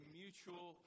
mutual